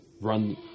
run